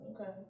Okay